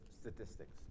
statistics